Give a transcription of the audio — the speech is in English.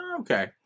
Okay